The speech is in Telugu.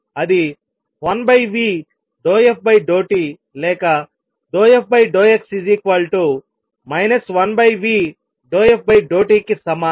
అది 1v∂f∂t లేక ∂f∂x 1v∂f∂t కి సమానం